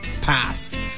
Pass